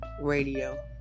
Radio